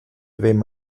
ddim